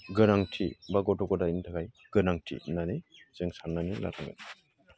गोनांथि बा गथ' गथायनि थाखाय गोनांथि होननानै जों साननानै लादों